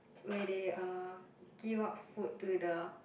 where they uh give out food to the